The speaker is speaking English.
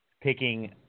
picking